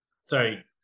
Sorry